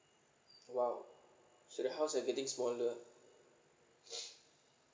!wow! so the house are getting smaller